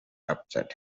upset